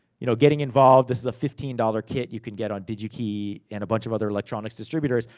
you know, getting involved, this is a fifteen dollar kit, you can get on digi-key, and a bunch of other electronics distributors,